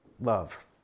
love